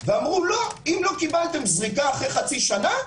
ואמרו: אם לא קיבלתם זריקה אחרי חצי שנה,